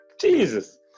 Jesus